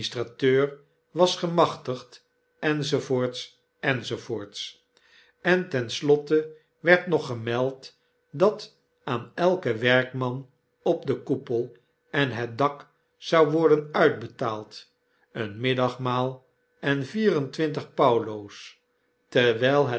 was gemachtigd enz enz en ten slotte werd nog getneld dat aan elk werkman op den koepel en het dak zou worden uitbetaald een middagmaal en vier en twintig paulo's terwyl het